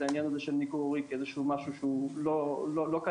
העניין הזה של ניכור הורי כמשהו שאינו קיים.